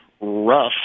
Rough